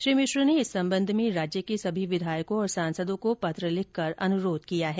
श्री मिश्र ने इस संबंध में राज्य के सभी विधायकों और सांसदों को पत्र लिखकर अनुरोध किया है